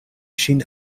ŝin